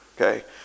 Okay